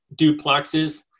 duplexes